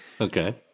Okay